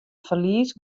ferlies